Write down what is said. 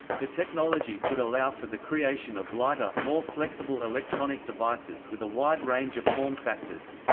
the technology could allow for the creation of lighter, more flexible electronic devices with a wide range of form factors.